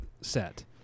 set